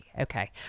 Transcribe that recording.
Okay